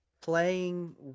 playing